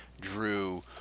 Drew –